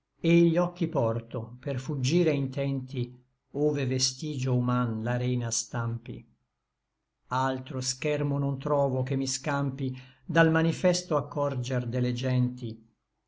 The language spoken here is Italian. et gli occhi porto per fuggire intenti ove vestigio human l'arena stampi altro schermo non trovo che mi scampi dal manifesto accorger de le genti